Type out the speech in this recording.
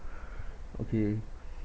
okay